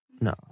No